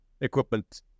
equipment